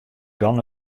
dan